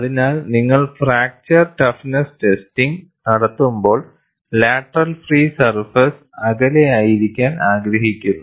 അതിനാൽ നിങ്ങൾ fracture toughness testing നടത്തുമ്പോൾ ലാറ്ററൽ ഫ്രീ സർഫേസ് അകലെയായിരിക്കാൻ ആഗ്രഹിക്കുന്നു